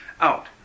out